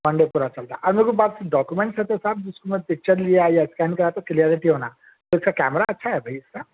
پانچھ day پورا چل رہا اب میرے کو بات ڈاکیومینٹس سب کے ساتھ ہے پکچر لیا یا سینڈ کرا تو کلیریٹی ہونا اس کا کیمرہ اچھا ہے بھائی اس کا